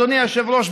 אדוני היושב-ראש,